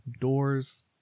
doors